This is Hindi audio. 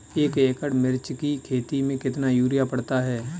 एक एकड़ मिर्च की खेती में कितना यूरिया पड़ता है?